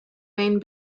main